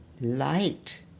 Light